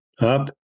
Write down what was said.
up